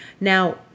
Now